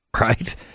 right